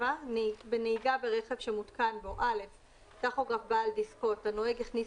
"(7) בנהיגה ברכב שמותקן בו- (א)טכוגרף בעל דסקות- הנוהג הכניס